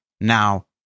now